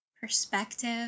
Perspective